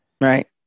Right